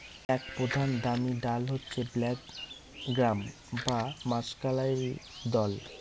এক প্রধান দামি ডাল হচ্ছে ব্ল্যাক গ্রাম বা মাষকলাইর দল